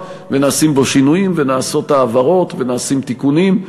ונעשים בו שינויים ונעשות העברות ונעשים תיקונים,